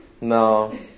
No